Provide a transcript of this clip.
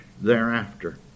thereafter